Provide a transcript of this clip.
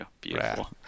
beautiful